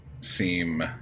seem